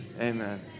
Amen